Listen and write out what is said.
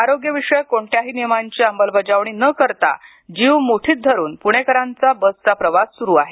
आरोग्यविषयक कोणत्याही नियमांची अंमलबजावणी न करता जीव मुठीत धरून पुणेकरांचा बसचा प्रवास सुरू आहे